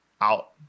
out